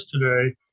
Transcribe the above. today